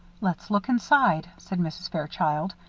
let's look inside, said mrs. fairchild.